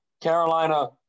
Carolina